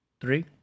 Three